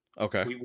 Okay